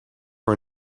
for